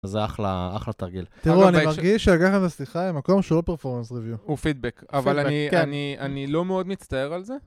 זה אחלה, אחלה תרגיל. תראו, אני מרגיש שלקחת את זה, סליחה, למקום שהוא לא פרפורמנס ריוויו. הוא פידבק, -פידבק, כן. -אבל אני... אני, אני לא מאוד מצטער על זה.